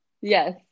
yes